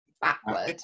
backward